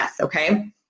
okay